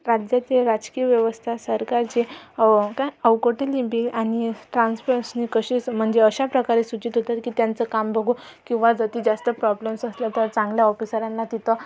राज्यातील राजकीय व्यवस्था सरकारचे काय अवकोटीलीबि आनि ट्रान्सफ कशी म्हणजे अशा प्रकारे सूचित होतंय की त्यांचं काम बघू किंवा जर ती जास्त प्रॉब्लेम्स असल्या तर चांगल्या ऑफिसरांना तिथं